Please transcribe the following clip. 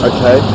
Okay